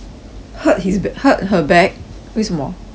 hurt his back hurt her back 为什么 how